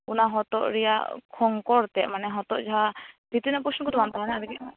ᱚᱱᱟ ᱦᱚᱛᱚᱫ ᱨᱮᱭᱟᱜ ᱠᱷᱚᱝᱠᱚᱨ ᱛᱮᱫ ᱢᱟᱱᱮ ᱦᱚᱛᱚᱫ ᱡᱟᱦᱟᱸ ᱵᱷᱤᱛᱤᱨ ᱨᱮᱭᱟᱜ ᱯᱚᱨᱥᱚᱱ ᱠᱚᱫᱚ ᱵᱟᱝ ᱛᱟᱦᱮᱱᱟ ᱟᱨᱠᱤ